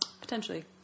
Potentially